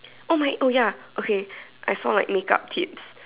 oh my oh ya okay I saw my makeup tips